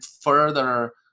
further